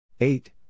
Eight